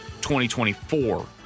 2024